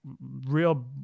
real